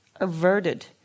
averted